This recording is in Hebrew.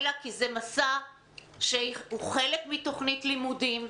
אלא כי זה מסע שהוא חלק מתוכנית לימודים,